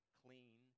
clean